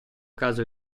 caso